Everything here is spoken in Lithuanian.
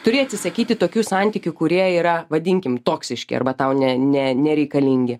turi atsisakyti tokių santykių kurie yra vadinkim toksiški arba tau ne ne nereikalingi